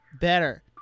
better